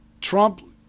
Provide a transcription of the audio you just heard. Trump